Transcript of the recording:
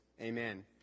Amen